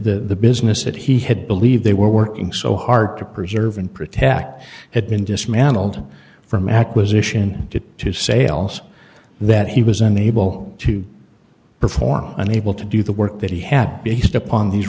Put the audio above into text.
the business that he had believed they were working so hard to preserve and protect had been dismantled from acquisition to sales that he was unable to perform unable to do the work that he had based upon these